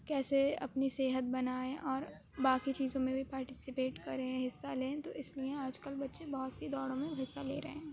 کیسے اپنی صحت بنائیں اور باقی چیزوں میں بھی پارٹیسپیٹ کریں حصّہ لیں تو اِس لیے آج کل بچے بہت سی دوڑوں میں حصّہ لے رہے ہیں